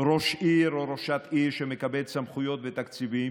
ראש עיר או ראשת עיר שמקבלים סמכויות ותקציבים,